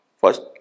First